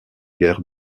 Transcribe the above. guerres